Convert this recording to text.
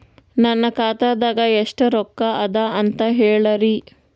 ನನ್ನ ಖಾತಾದಾಗ ಎಷ್ಟ ರೊಕ್ಕ ಅದ ಅಂತ ಹೇಳರಿ?